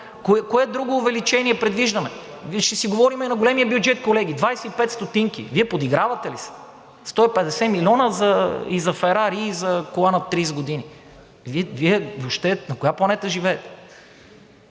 Кое друго увеличение предвиждаме? Ще си говорим на големия бюджет, колеги, 25 стотинки. Вие подигравате ли се?! 150 милиона и за ферари, и за кола на 30 години. Вие въобще на коя планета живеете?